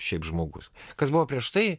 šiaip žmogus kas buvo prieš tai